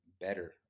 better